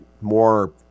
more